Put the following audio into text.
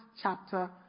chapter